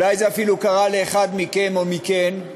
אולי זה אפילו קרה לאחד מכם או לאחת מכן,